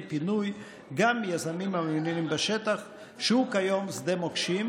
פינוי גם מיזמים המעוניינים בשטח שהוא כיום שדה מוקשים,